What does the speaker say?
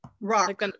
rock